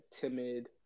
timid